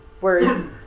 words